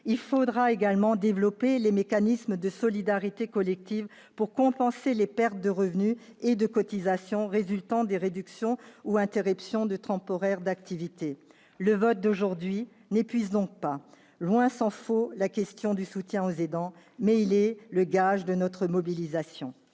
Il faudra également développer les mécanismes de solidarité collective pour compenser les pertes de revenus et de cotisations résultant des réductions ou interruptions temporaires d'activité. Le vote d'aujourd'hui n'épuisera donc pas, tant s'en faut, la question du soutien aux aidants, mais il sera le gage de notre mobilisation.